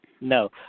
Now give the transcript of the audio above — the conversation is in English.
No